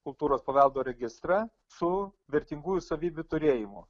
kultūros paveldo registrą su vertingųjų savybių turėjimu